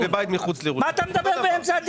מה אתה מדבר באמצע?